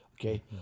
okay